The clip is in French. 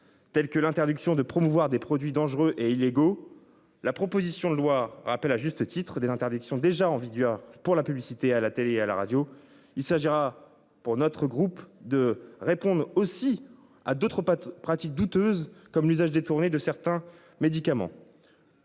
telles que l'interdiction de promouvoir des produits dangereux et illégaux. La proposition de loi rappelle à juste titre des interdictions déjà en vigueur pour la publicité à la télé à la radio. Il s'agira pour notre groupe de répondre aussi à d'autres pratiques douteuses comme l'usage détourné de certains médicaments.